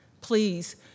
Please